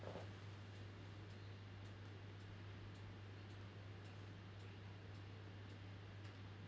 well